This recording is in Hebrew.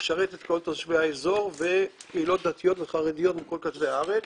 משרת את כל תושבי האיזור וקהילות דתיות וחרדיות מכל קצווי הארץ.